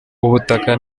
ubutaka